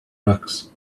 rocks